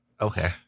Okay